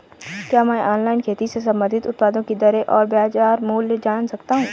क्या मैं ऑनलाइन खेती से संबंधित उत्पादों की दरें और बाज़ार मूल्य जान सकता हूँ?